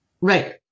Right